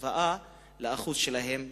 בהשוואה לשיעור שלהם באוכלוסייה.